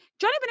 Johnny